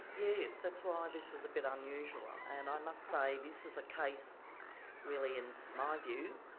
yes, that's why this is a bit unusual. and i must say this is a case really, in my view,